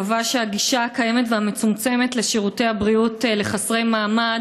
קבע שהגישה הקיימת והמצומצמת לשירותי הבריאות לחסרי מעמד